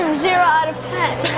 um zero out of ten.